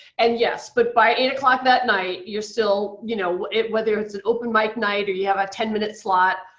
and yes. but by eight o'clock that night, you're still, you know whether it's an open mic night or you have a ten minute slot,